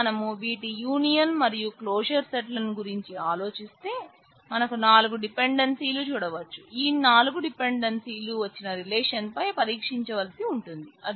ఇపుడు మనం వీటి యూనియన్ మరియు క్లోజర్ సెట్ పై పరీక్షించవలసి ఉంటుంది